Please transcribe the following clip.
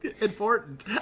important